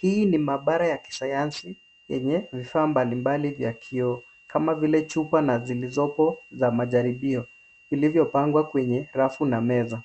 Hii ni maabara ya kisayansi yenye vifaa mbalimbali vya vioo kama vile chupa zilizopo za majaribio vilivyopangwa kwenye rafu na meza.